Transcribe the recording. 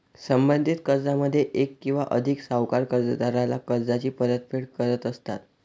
संबंधित कर्जामध्ये एक किंवा अधिक सावकार कर्जदाराला कर्जाची परतफेड करत असतात